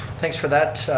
thanks for that,